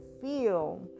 feel